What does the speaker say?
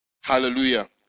Hallelujah